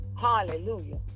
Hallelujah